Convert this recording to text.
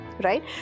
Right